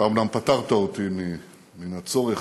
אתה אומנם פטרת אותי מן הצורך,